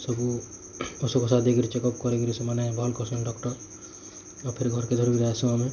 ସବୁ ଉଷ ଫସା ଦେଇକରି ଚେକଫ କରି କିରି ସେମାନେ ଭଲ କର୍ସନ୍ ଡକ୍ଟର ଆଉ ଫେର ଘର କେ ଧରିକିରି ଆଏସନ୍